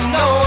no